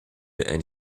and